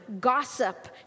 gossip